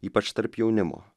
ypač tarp jaunimo